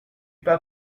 pas